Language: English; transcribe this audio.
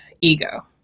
ego